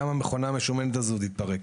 גם המכונה המשומנת הזאת תתפרק.